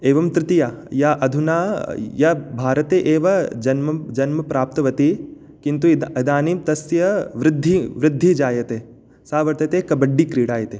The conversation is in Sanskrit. एवं तृतीया या अधुना या भारते एव जन्मं जन्म् प्राप्तवती किन्तु इ इदानीं तस्य वृद्धि वृद्धिः जायते सा वर्तते कबड्डि क्रीडा इति